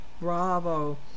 Bravo